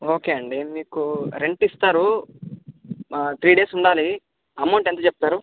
okay అండి మీకు rent ఇస్తారు త్రీ డేస్ ఉండాలి అమౌంట్ ఎంత చెప్తారు